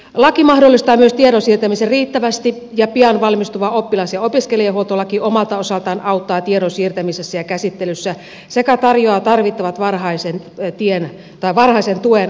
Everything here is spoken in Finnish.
laki mahdollistaa myös tiedon siirtämisen riittävästi ja pian valmistuva oppilas ja opiskelijahuoltolaki omalta osaltaan auttaa tiedon siirtämisessä ja käsittelyssä sekä tarjoaa tarvittavat varhaisen tuen antamisen muodot